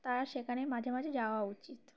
তারা সেখানে মাঝে মাঝে যাওয়া উচিত